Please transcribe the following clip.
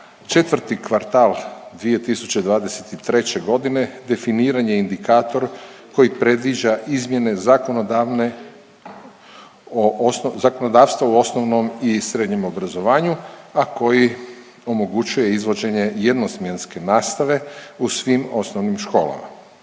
za 4. kvartal 2023.g. definiran je indikator koji predviđa izmjene zakonodavne, zakonodavstva u osnovnom i srednjem obrazovanju, a koji omogućuje izvođenje jednosmjenske nastave u svim osnovnim školama.